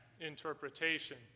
interpretation